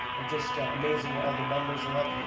and just amazing all the numbers are up.